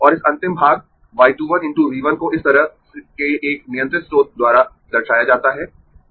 और इस अंतिम भाग y 2 1 × V 1 को इस तरह के एक नियंत्रित स्रोत द्वारा दर्शाया जाता है यह I 2 है